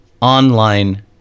online